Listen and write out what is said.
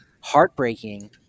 heartbreaking